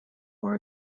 more